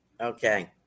Okay